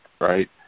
right